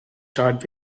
charged